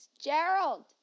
Gerald